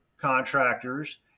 contractors